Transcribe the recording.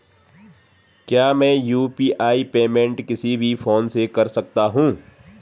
क्या मैं UPI payment किसी भी फोन से कर सकता हूँ?